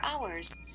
hours